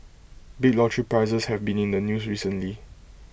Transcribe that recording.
big lottery prizes have been in the news recently